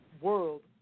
world